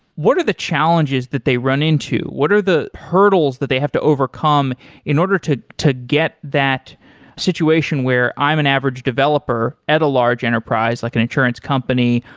what are the challenges that they run into? what are the hurdles that they have to overcome in order to to get that situation where i'm an average developer at a large enterprise, like an insurance company,